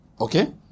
Okay